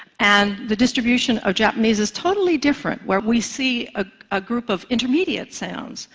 and the distribution of japanese is totally different where we see a ah group of intermediate sounds,